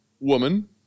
woman